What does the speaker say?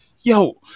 Yo